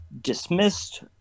dismissed